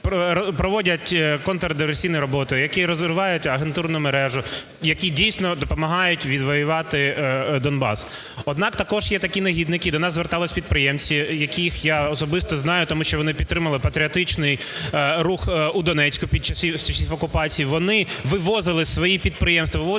проводять контрдиверсійні роботи, які розривають агентурну мережу, які, дійсно, допомагають відвоювати Донбас. Однак, також є такі негідники, і до нас зверталися підприємці, яких я особисто знаю, тому що вони підтримали патріотичний рух у Донецьку з часів окупації. Вони вивозили свої підприємства, виводили